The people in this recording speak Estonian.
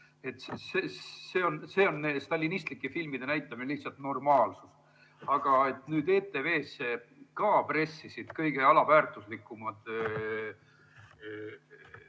seal on stalinistlike filmide näitamine lihtsalt normaalsus. Aga see, et nüüd ETV-sse ka pressisid kõige alaväärtuslikumad